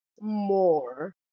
more